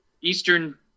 Eastern